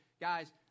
guys